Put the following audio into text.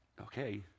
okay